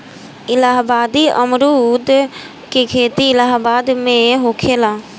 इलाहाबादी अमरुद के खेती इलाहाबाद में होखेला